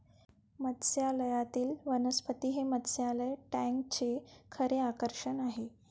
मत्स्यालयातील वनस्पती हे मत्स्यालय टँकचे खरे आकर्षण आहे